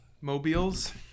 mobiles